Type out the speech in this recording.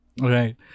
Right